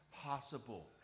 possible